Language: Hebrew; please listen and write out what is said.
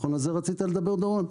נכון על זה רצית לדבר, דורון?